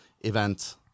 event